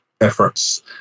efforts